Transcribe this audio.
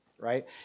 Right